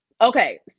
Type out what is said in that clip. Okay